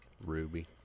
Ruby